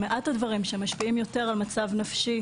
מעט הדברים שמשפיעים יותר על מצב נפשי